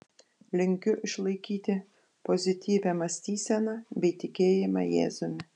linkiu išlaikyti pozityvią mąstyseną bei tikėjimą jėzumi